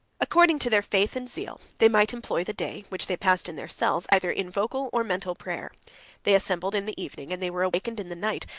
according to their faith and zeal, they might employ the day, which they passed in their cells, either in vocal or mental prayer they assembled in the evening, and they were awakened in the night,